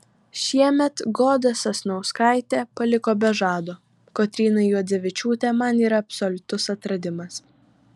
šiemet goda sasnauskaitė paliko be žado kotryna juodzevičiūtė man yra absoliutus atradimas